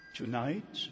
tonight